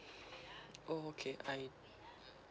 oh okay I